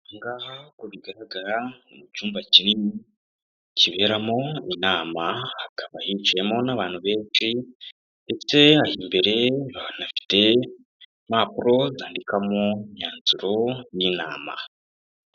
Ahangaha uko bigaragara n'icyumba kinini kiberamo inama hakaba hinjiyemo n'abantu benshi ndetse aha imbere banafite impapuro zandikwamo imyanzuro y'inama